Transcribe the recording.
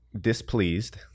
displeased